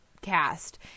cast